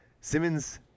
simmons